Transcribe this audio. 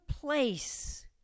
place